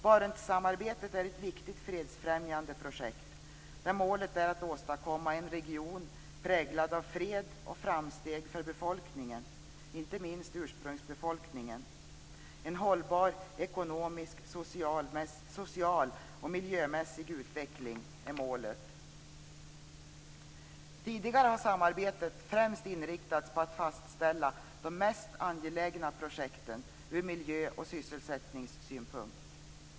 Barentssamarbetet är ett viktigt fredsfrämjande projekt, där målet är att åstadkomma en region präglad av fred och framsteg för befolkningen, inte minst ursprungsbefolkningen. En hållbar ekonomisk, social och miljömässig utveckling är målet. Tidigare har samarbetet främst inriktats på att fastställa de mest angelägna projekten ur miljö och sysselsättningssynpunkt.